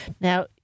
Now